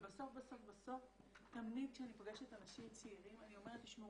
ובסוף בסוף בסוף תמיד כשאני פוגשת אנשים צעירים אני אומרת תשמעו,